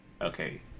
Okay